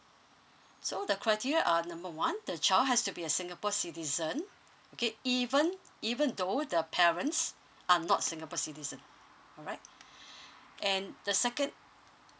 so the criteria are number one the child has to be a singapore citizen okay even even though the parents are not singapore citizens alright and the second